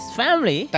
family